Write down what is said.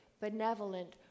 benevolent